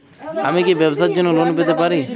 আমি কি ব্যবসার জন্য লোন পেতে পারি?